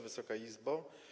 Wysoka Izbo!